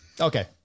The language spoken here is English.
Okay